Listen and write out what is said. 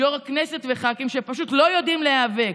"יו"ר כנסת וח"כים, שפשוט לא יודעים להיאבק.